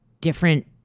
different